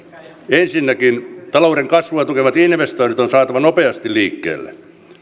ensinnäkin talouden kasvua tukevat investoinnit on saatava nopeasti liikkeelle hallitus